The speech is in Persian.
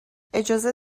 اجازه